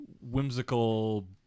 whimsical